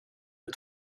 det